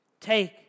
Take